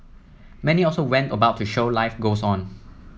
many also went about to show life goes on